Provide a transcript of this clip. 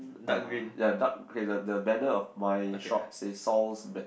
uh ya dark okay the the banner of my shop says sow's betting